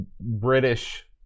British